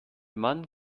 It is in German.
mann